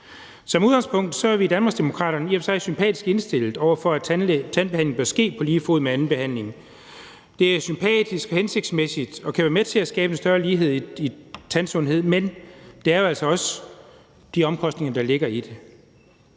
Som udgangspunkt er vi i Danmarksdemokraterne i og for sig sympatisk indstillet over for, at tandbehandling bør ske på lige fod med anden behandling. Det er sympatisk og hensigtsmæssigt og kan være med til at skabe en større lighed i tandsundhed, men der er jo altså også de omkostninger, der ligger i det.